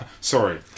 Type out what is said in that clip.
Sorry